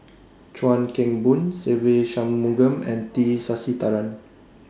Chuan Keng Boon Se Ve Shanmugam and T Sasitharan